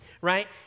right